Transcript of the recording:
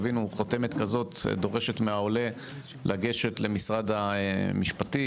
חותמת כזו דורשת מהעולה לגשת למשרד המשפטים,